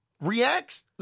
Reacts